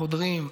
החודרים,